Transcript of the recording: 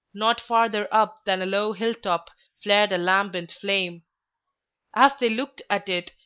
not farther up than a low hill-top flared a lambent flame as they looked at it,